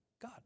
God